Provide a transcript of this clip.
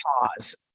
pause